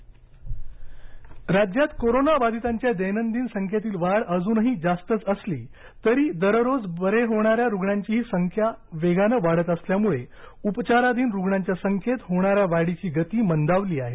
राज्य कोविड स्थिती राज्यात कोरोनाबाधितांच्या दैनंदिन संख्येतली वाढ अजूनही जास्तच असली तरी दररोज बरे होणाऱ्या रुग्णांची संख्याही वेगानं वाढत असल्यामुळे उपघाराधिन रुग्णांच्या संख्येत होणार्या वाढीची गती मंदावली आहे